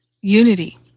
unity